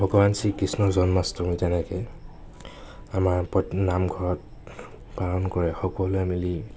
ভগৱান শ্ৰীকৃষ্ণৰ জন্মাষ্টমী তেনেকৈ আমাৰ নামঘৰত পালন কৰে সকলোৱে মিলি